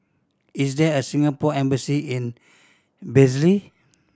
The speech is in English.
is there a Singapore Embassy in Belize